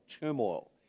turmoil